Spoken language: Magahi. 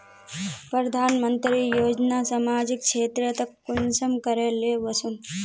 प्रधानमंत्री योजना सामाजिक क्षेत्र तक कुंसम करे ले वसुम?